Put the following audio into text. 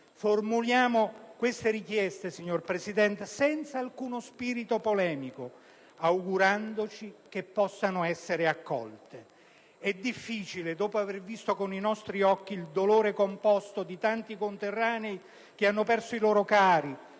Formuliamo queste richieste, signor Presidente, senza alcuno spirito polemico, augurandoci che possano essere accolte. È difficile, dopo aver visto con i nostri occhi il dolore composto di tanti conterranei che hanno perso i loro cari,